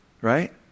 Right